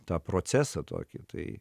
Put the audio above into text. tą procesą tokį tai